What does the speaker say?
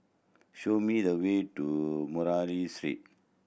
show me the way to Murray Street